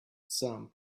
some